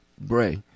bray